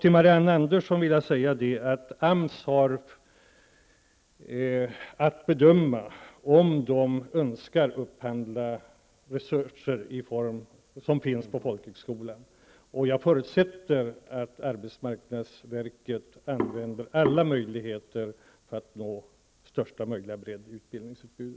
Till Marianne Andersson vill jag säga att AMS har att bedöma om den önskar att upphandla resurser som finns på folkhögskolorna. Jag förutsätter att arbetsmarkndsverket använder alla möjligheter att nå största möjliga utbildningsutbud.